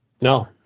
No